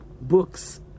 books